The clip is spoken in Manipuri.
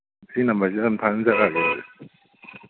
ꯁꯤ ꯅꯝꯕꯔꯁꯤꯗ ꯑꯗꯨꯝ ꯊꯥꯖꯤꯟꯖꯔꯛꯑꯒꯦ